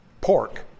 Pork